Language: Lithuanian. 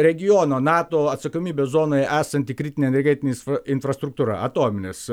regiono nato atsakomybės zonoje esanti kritinė energetinis infrastruktūra atominės